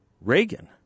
Reagan